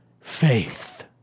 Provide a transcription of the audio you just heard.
faith